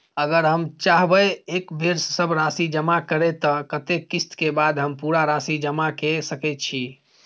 अगर हम चाहबे एक बेर सब राशि जमा करे त कत्ते किस्त के बाद हम पूरा राशि जमा के सके छि?